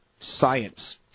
science